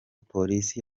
polisi